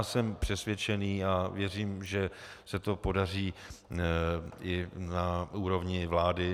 Jsem přesvědčený a věřím, že se to podaří i na úrovni vlády.